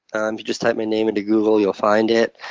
and you just type my name into google, you'll find it.